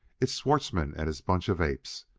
it's schwartzmann and his bunch of apes.